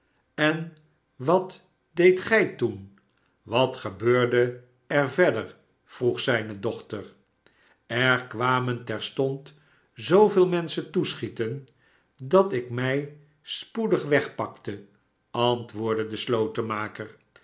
en wat deedt gij toen wat gebeurde er verder vroeg zijne dochter er kwamen terstond zooveel menschen toeschieten dat ik mij spoedig wegpakte antwoordde de